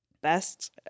best